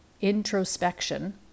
Introspection